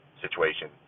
situation